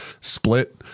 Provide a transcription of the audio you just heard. split